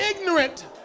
ignorant